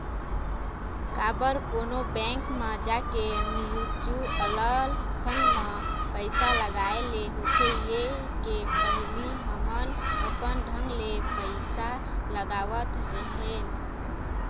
काबर कोनो बेंक म जाके म्युचुअल फंड म पइसा लगाय ले होथे ये के पहिली हमन अपन ढंग ले पइसा लगावत रेहे हन